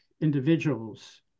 individuals